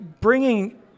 bringing